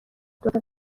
دوتا